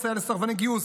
המסייע לסרבני גיוס,